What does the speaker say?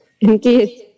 Indeed